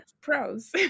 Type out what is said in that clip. pros